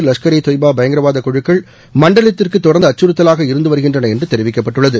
லஷ்கர் ஏ தொய்பா பயங்கரவாத குழுக்கள் மண்டலத்திற்கு தொடர்ந்து அச்சுறத்தலாக இருந்து வருகின்றன என்று தெரிவிக்கப்பட்டுள்ளது